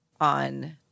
on